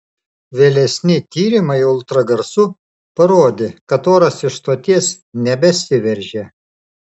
vėlesni tyrimai ultragarsu parodė kad oras iš stoties nebesiveržia